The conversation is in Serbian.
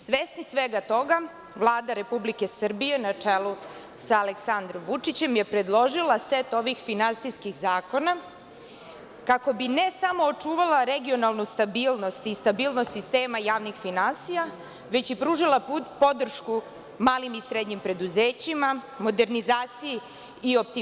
Svesni svega toga, Vlada Republike Srbije na čelu sa Aleksandrom Vučićem je predložila set ovih finansijskih zakona kako bi ne samo očuvala regionalnu stabilnosti i stabilnost sistema javnih finansija, već i pružila podršku malim i srednjim preduzećima, modernizaciji i optimizaciji javne uprave i izgradila čitavo jedno naselje.